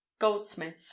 goldsmith